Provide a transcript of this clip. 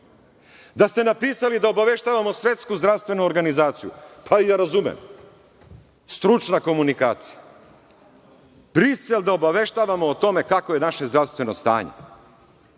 ste napisali da obaveštavamo Svetsku zdravstvenu organizaciju, pa i da razumem, stručna komunikacija. Brisel da obaveštavamo o tome kakvo je naše zdravstveno stanje?